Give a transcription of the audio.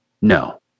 no